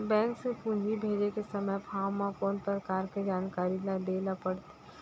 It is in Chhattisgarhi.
बैंक से पूंजी भेजे के समय फॉर्म म कौन परकार के जानकारी ल दे ला पड़थे?